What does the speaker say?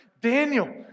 Daniel